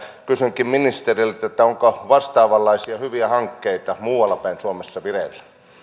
kysynkin ministeriltä onko vastaavanlaisia hyviä hankkeita muualla päin suomessa vireillä